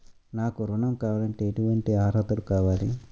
నాకు ఋణం కావాలంటే ఏటువంటి అర్హతలు కావాలి?